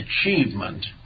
achievement